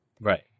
right